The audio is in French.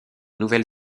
nouvelle